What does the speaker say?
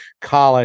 college